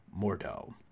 Mordo